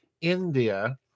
India